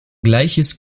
gleiches